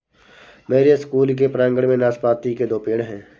मेरे स्कूल के प्रांगण में नाशपाती के दो पेड़ हैं